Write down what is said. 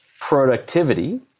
productivity